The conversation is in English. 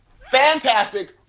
Fantastic